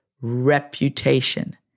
reputation